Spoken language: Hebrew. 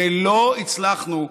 ולא הצלחנו,